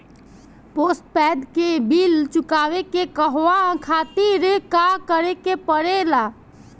Postpaid के bill चुकावे के कहवा खातिर का करे के पड़ें ला?